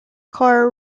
clara